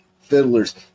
fiddlers